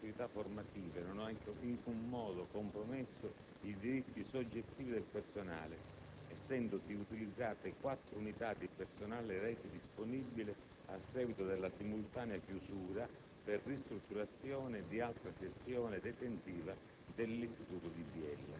e che la sorveglianza delle attività formative non ha in alcun modo compromesso i diritti soggettivi del personale, essendosi utilizzate quattro unità di personale rese disponibili a seguito della simultanea chiusura per ristrutturazione di altra sezione detentiva